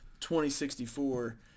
2064